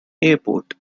airport